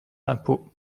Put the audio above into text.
l’impôt